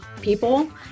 people